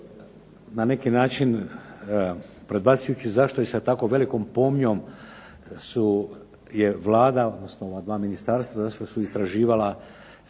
na neki način predbacujući zašto je sa tako velikom pomnjom su, je Vlada, odnosno ova dva ministarstva, zašto su istraživala